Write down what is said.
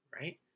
right